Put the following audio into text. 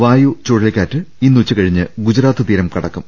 വായു ചുഴലിക്കാറ്റ് ഇന്ന് ഉച്ചകഴിഞ്ഞ് ഗുജറാത്ത് തീരം കടക്കും